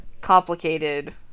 complicated